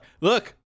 look